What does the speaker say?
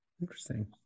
Interesting